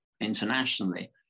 internationally